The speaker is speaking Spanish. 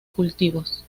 cultivos